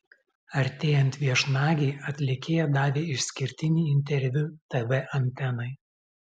artėjant viešnagei atlikėja davė išskirtinį interviu tv antenai